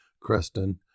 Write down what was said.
Creston